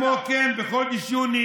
כמו כן, בחודש יוני